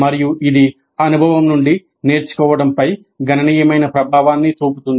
మరియు ఇది అనుభవం నుండి నేర్చుకోవడంపై గణనీయమైన ప్రభావాన్ని చూపుతుంది